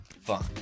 fun